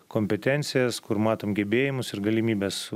kompetencijas kur matom gebėjimus ir galimybes